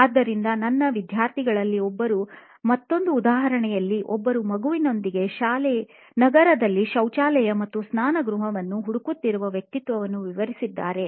ಆದ್ದರಿಂದ ನನ್ನ ವಿದ್ಯಾರ್ಥಿಗಳಲ್ಲಿ ಒಬ್ಬರು ಮತ್ತೊಂದು ಉದಾಹರಣೆಯಲ್ಲಿ ಒಬ್ಬರು ಮಗುವಿನೊಂದಿಗೆ ನಗರದಲ್ಲಿ ಶೌಚಾಲಯ ಅಥವಾ ಸ್ನಾನಗೃಹವನ್ನು ಹುಡುಕುತ್ತಿರುವ ವ್ಯಕ್ತಿತ್ವವನ್ನು ವಿವರಿಸಿದ್ದಾರೆ